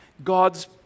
God's